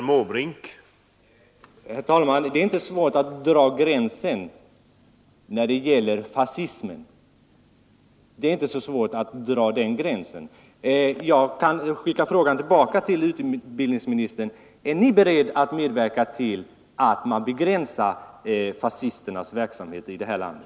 Herr talman! Det är inte svårt att dra den gränsen när det gäller fascismen. Jag kan för övrigt skicka frågan tillbaka till utbildningsministern: Är Ni beredd medverka till att begränsa fascisternas verksamhet i det här landet?